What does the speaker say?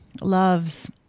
loves